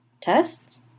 Tests